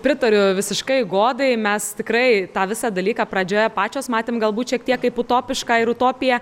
pritariau visiškai godai mes tikrai tą visą dalyką pradžioje pačios matėm galbūt šiek tiek kaip utopišką ir utopiją